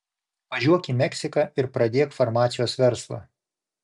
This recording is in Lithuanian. važiuok į meksiką ir pradėk farmacijos verslą